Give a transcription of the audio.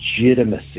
legitimacy